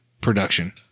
production